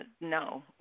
no